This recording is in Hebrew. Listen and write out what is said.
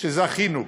שזכינו בה.